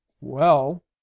Well